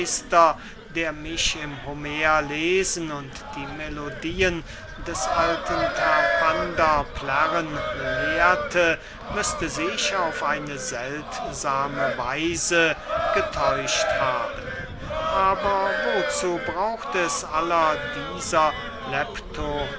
der mich im homer lesen und die melodien des alten terpander plärren lehrte müßten sich auf eine seltsame weise getäuscht haben aber wozu braucht es aller dieser